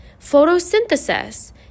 Photosynthesis